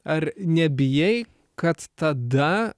ar nebijai kad tada